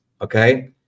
okay